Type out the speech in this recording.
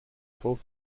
full